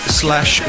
slash